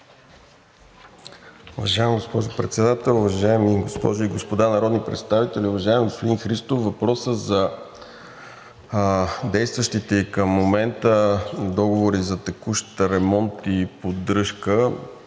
Уважаема госпожо Председател, уважаеми госпожи и господа народни представители! Уважаеми господин Христов, на въпроса за действащите и към момента договори за текущ ремонт и поддръжка,